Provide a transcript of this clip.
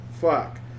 fuck